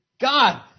God